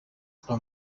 kwa